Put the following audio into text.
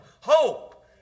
hope